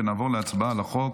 נעבור להצבעה על החוק